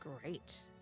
Great